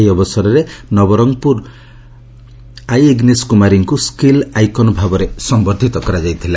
ଏହି ଅବସରରେ ନବରଙ୍ଙପୁରର ଆଇ ଆଗ୍ରେସ କୁମାରୀଙ୍କୁ ସ୍କିଲ୍ ଆଇକନ ଭାବରେ ସମ୍ପର୍ବିତ କରାଯାଇଥିଲା